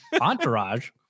Entourage